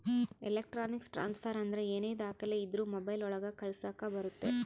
electronic transfer ಅಂದ್ರ ಏನೇ ದಾಖಲೆ ಇದ್ರೂ ಮೊಬೈಲ್ ಒಳಗ ಕಳಿಸಕ್ ಬರುತ್ತೆ